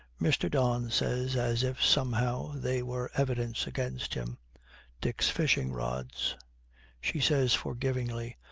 mr. don says, as if somehow they were evidence against him dick's fishing-rods she says forgivingly,